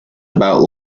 about